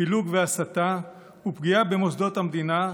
פילוג והסתה ופגיעה במוסדות המדינה,